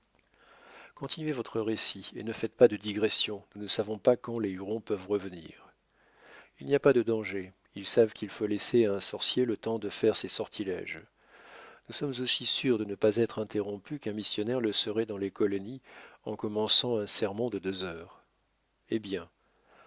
continuez votre récit et ne faites pas de digressions nous ne savons pas quand les hurons peuvent revenir il n'y a pas de danger ils savent qu'il faut laisser à un sorcier le temps de faire ses sortilèges nous sommes aussi sûrs de ne pas être interrompus qu'un missionnaire le serait dans les colonies en commençant un sermon de deux heures eh bien